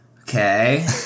Okay